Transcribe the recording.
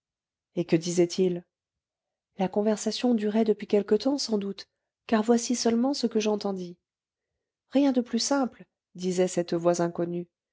et que disaient-ils la conversation durait depuis quelque temps sans doute car voici seulement ce que j'entendis rien de plus simple disait cette voix inconnue